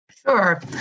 Sure